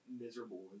miserable